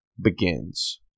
begins